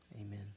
amen